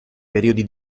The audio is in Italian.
periodi